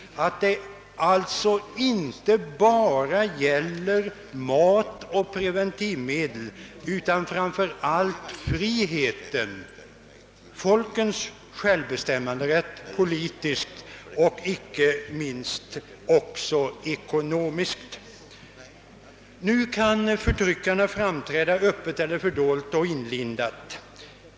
Det gäller alltså inte bara mat och preventivmedel utan framför allt friheten, folkens självbestämmanderätt politiskt — men inte minst också ekonomiskt. Nu kan förtryckarna framträda öppet eller fördolt och inlindat.